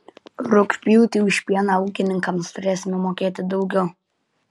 rugpjūtį už pieną ūkininkams turėsime mokėti daugiau